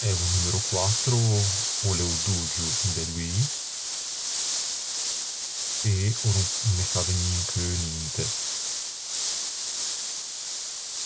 Eh, o numero quattro o l'é o doggio de doî e o no me fa vegnî un cheu ninte.